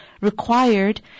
required